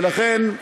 ולכן,